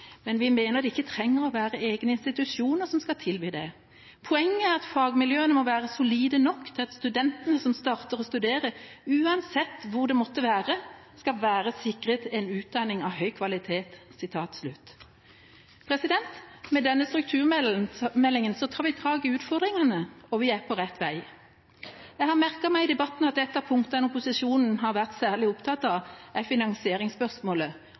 men mener det ikke trenger å være egne institusjoner som skal tilby det. Poenget er at fagmiljøene må være solide nok til at studentene som starter å studere, uansett hvor det måtte være, skal være sikret en utdanning av høy kvalitet.» Med denne strukturmeldinga tar vi tak i utfordringene, og vi er på rett vei. Jeg har merket meg i debatten at et av punktene opposisjonen har vært særlig opptatt av, er finansieringsspørsmålet.